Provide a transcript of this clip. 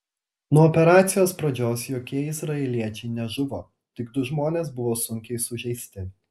nuo operacijos pradžios jokie izraeliečiai nežuvo tik du žmonės buvo sunkiai sužeisti